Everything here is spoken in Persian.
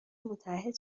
متعهد